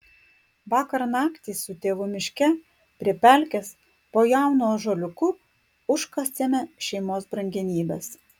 vakar naktį su tėvu miške prie pelkės po jaunu ąžuoliuku užkasėme šeimos brangenybes